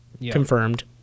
confirmed